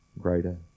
greater